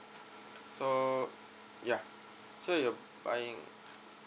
so ya so you're buying